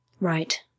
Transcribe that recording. Right